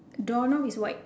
doorknob is white